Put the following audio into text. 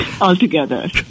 altogether